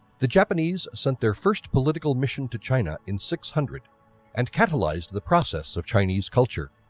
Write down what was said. the japanese sent their first political mission to china in six hundred and catalysed the process of chinese culture.